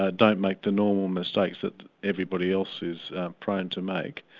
ah don't make the normal mistakes that everybody else is prone to make.